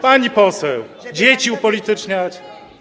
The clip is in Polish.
Pani poseł, dzieci upolityczniać?